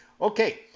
Okay